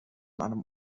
einem